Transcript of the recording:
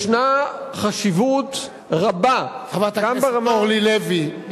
ישנה חשיבות רבה אורלי לוי.